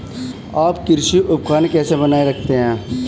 आप कृषि उपकरण कैसे बनाए रखते हैं?